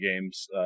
games